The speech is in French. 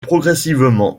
progressivement